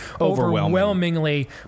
overwhelmingly